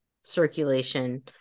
circulation